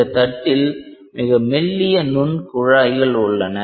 இந்த தட்டில் மிக மெல்லிய நுண் குழாய்கள் உள்ளன